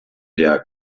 der